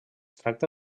tracta